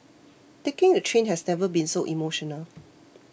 taking the train has never been so emotional